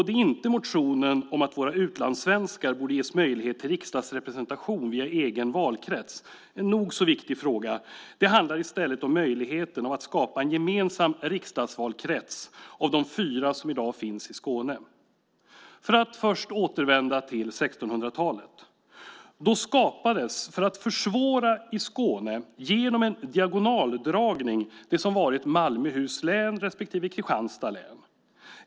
Det är inte motionen om att våra utlandssvenskar borde ges möjlighet till riksdagsrepresentation via egen valkrets, en nog så viktig fråga. Det handlar i stället om möjligheten att skapa en gemensam riksdagsvalkrets av de fyra som i dag finns i Skåne. Vi återvänder till 1600-talet. Då skapades för att försvåra i Skåne genom en diagonaldragning det som varit Malmöhus län respektive Kristianstads län.